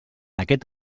aquest